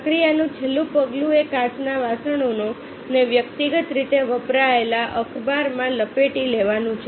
પ્રક્રિયાનું છેલ્લું પગલું એ કાચના વાસણોનો ને વ્યક્તિગત રીતે વપરાયેલા અખબારમાં લપેટી લેવાનું છે